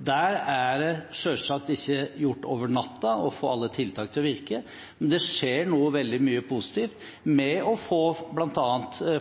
Der er det selvsagt ikke gjort over natten å få alle tiltak til å virke, men det skjer nå veldig mye positivt, bl.a. med å få